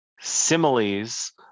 similes